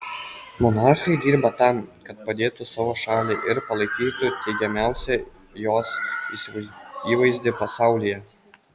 monarchai dirba tam kad padėtų savo šaliai ir palaikytų teigiamiausią jos įvaizdį pasaulyje